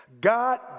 God